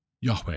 Yahweh